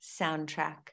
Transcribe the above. soundtrack